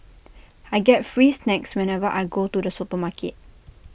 I get free snacks whenever I go to the supermarket